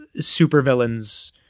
supervillains